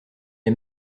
est